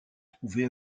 trouvées